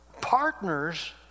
partners